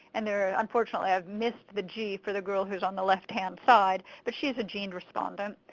and they unfortunately ive missed the g for the girl who is on the left-hand side, but shes a gened respondent.